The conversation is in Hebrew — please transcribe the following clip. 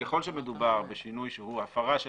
שככל שמדובר בשינוי שהוא הפרה של